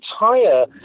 entire